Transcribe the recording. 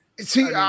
see